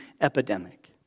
epidemic